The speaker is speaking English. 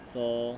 so